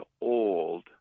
old